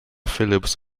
philipps